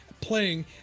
Playing